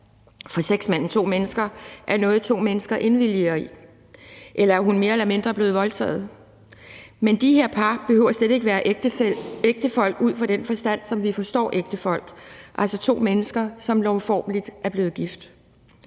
For sex mellem to mennesker er noget, to mennesker indvilliger i. Eller er hun mere eller mindre blevet voldtaget? De her par behøver slet ikke at være ægtefolk i den forstand, som vi forstår ægtefolk, altså to mennesker, som lovformeligt er blevet gift.